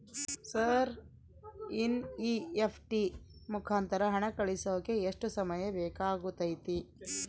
Sir NEFT ಮುಖಾಂತರ ಹಣ ಕಳಿಸೋಕೆ ಎಷ್ಟು ಸಮಯ ಬೇಕಾಗುತೈತಿ?